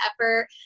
effort